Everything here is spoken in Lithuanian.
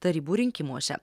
tarybų rinkimuose